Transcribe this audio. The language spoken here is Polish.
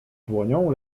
dłonią